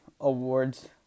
awards